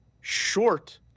short